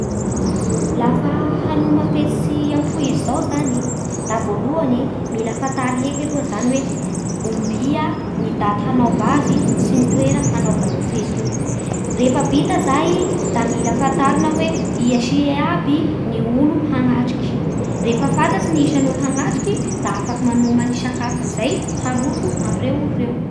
Lafa hanoma fety tsy ampoizy zao zany e, da voalohany e mila fantary heky zany hoe ombia ny daty hanaova azy sy ny toera hanaova an'io fety io, rehefa vita zay da mila fantarina hoe ia sy ia aby ny olo hanatriky, rehefa fantatsy ny isan'olo hanatriky da afaky manoma ny sakafo amin'izay haroso amin'ireo olo ireo.